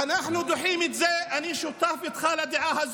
או שיש כאלה שלא